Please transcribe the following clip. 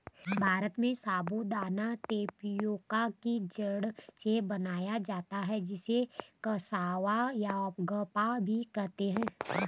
भारत में साबूदाना टेपियोका की जड़ से बनाया जाता है जिसे कसावा यागप्पा भी कहते हैं